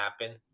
happen